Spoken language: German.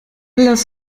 lass